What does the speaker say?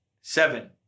Seven